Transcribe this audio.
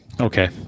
Okay